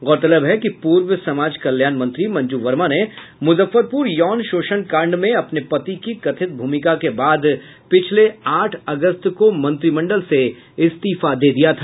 गौरतलब है कि पूर्व समाज कल्याण मंत्री मंजू वर्मा ने मुजफ्फरपुर यौन शोषण कांड में अपने पति की कथित भूमिका के बाद पिछले आठ अगस्त को मंत्रिमंडल से इस्तीफा दे दिया था